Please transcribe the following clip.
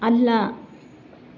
ಅಲ್ಲ